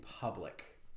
public